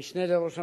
המשנה לראש הממשלה,